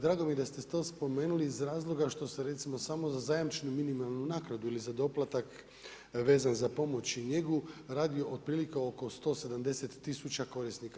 Drago mi je da ste to spomenuli iz razloga što se recimo samo za zajamčenu minimalnu naknadu ili za doplatak vezan za pomoć i njegu radi otprilike oko 170 tisuća korisnika.